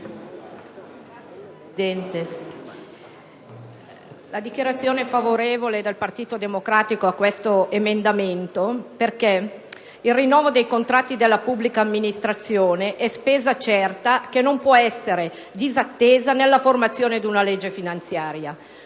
la dichiarazione di voto del Partito Democratico è favorevole a questo emendamento, perché il rinnovo dei contratti della pubblica amministrazione è spesa certa, che non può essere disattesa nella formazione di una legge finanziaria.